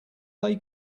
they